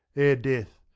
ere death,